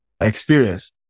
experience